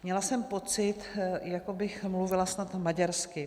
Měla jsem pocit, jako bych mluvila snad maďarsky.